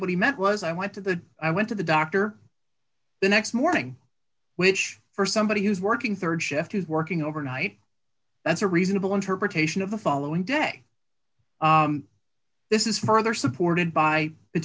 what he meant was i went to the i went to the doctor the next morning which for somebody who's working rd shift is working overnight that's a reasonable interpretation of the following day this is further supported by the